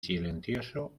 silencioso